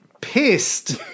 pissed